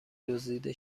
دزدیده